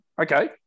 Okay